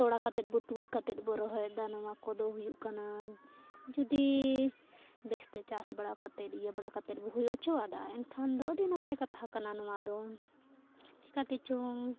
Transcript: ᱛᱚᱲᱟ ᱠᱟᱛᱮᱫ ᱵᱚ ᱛᱩᱫ ᱠᱟᱛᱮᱫ ᱵᱚ ᱨᱚᱦᱚᱭᱮᱫᱟ ᱱᱚᱣᱟ ᱠᱚᱫᱚ ᱦᱩᱭᱩᱜ ᱠᱟᱱᱟ ᱡᱩᱫᱤ ᱵᱮᱥᱛᱮ ᱪᱟᱥ ᱵᱟᱲᱟ ᱠᱟᱛᱮ ᱤᱭᱟᱹ ᱵᱟᱲᱟ ᱠᱟᱛᱮ ᱵᱚ ᱦᱩᱭ ᱚᱪᱚ ᱟᱫᱟ ᱮᱱᱠᱷᱟᱱ ᱫᱚ ᱟᱹᱰᱤ ᱱᱟᱯᱟᱭ ᱠᱟᱛᱷᱟ ᱠᱟᱱᱟ ᱱᱚᱣᱟ ᱫᱚ ᱪᱤᱠᱟ ᱛᱮᱪᱚᱝ